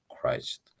Christ